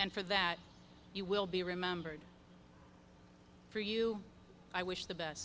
and for that you will be remembered for you i wish the best